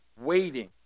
waiting